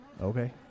Okay